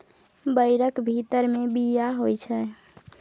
बैरक भीतर मे बीया होइ छै